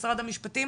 משרד המשפטים,